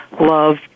love